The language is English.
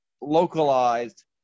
localized